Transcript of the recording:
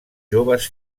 joves